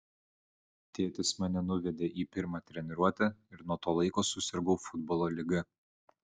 tėtis mane nuvedė į pirmą treniruotę ir nuo to laiko susirgau futbolo liga